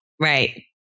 Right